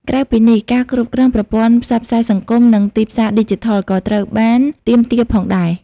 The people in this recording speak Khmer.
ក្រៅពីនេះ ការគ្រប់គ្រងប្រព័ន្ធផ្សព្វផ្សាយសង្គម និងទីផ្សារឌីជីថល ក៏ត្រូវបានទាមទារផងដែរ។